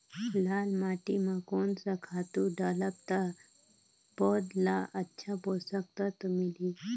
लाल माटी मां कोन सा खातु डालब ता पौध ला अच्छा पोषक तत्व मिलही?